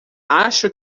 acho